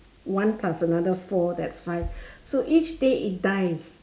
one plus another four that's five so each day it dies